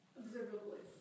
observable